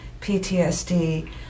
PTSD